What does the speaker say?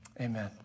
Amen